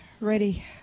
Ready